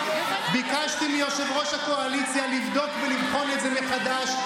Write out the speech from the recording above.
ביקשתי מיושב-ראש הקואליציה לבדוק ולבחון את זה מחדש,